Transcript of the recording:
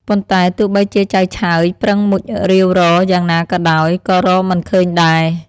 ប៉ុន្តែទោះបីជាចៅឆើយប្រឹងមុជរាវរកយ៉ាងណាក៏ដោយ ក៏រកមិនឃើញដែរ ។